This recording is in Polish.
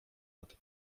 nad